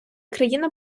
країна